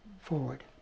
forward